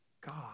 God